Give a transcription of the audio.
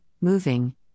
moving